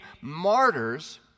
martyrs